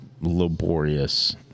laborious